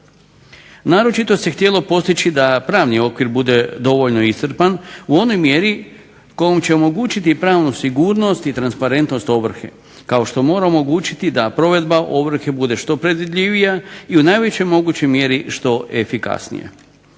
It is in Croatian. Naročito se htjelo postići da pravni okvir bude dovoljno iscrpan u onoj mjeri kojom će omogućiti pravnu sigurnost i transparentnost ovrhe kao što mora omogućiti da provedba ovrhe bude što predvidljivija i u najvećoj mogućoj mjeri što efikasnija.